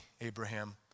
Abraham